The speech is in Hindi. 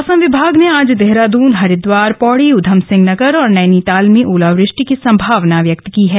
मौसम विभाग ने आज देहरादन हरिद्वार पौडी उधम सिंह नगर और नैनीताल में ओलॉवेष्टि की संभावना व्यक्त की है